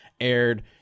aired